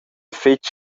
fetg